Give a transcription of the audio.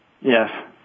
Yes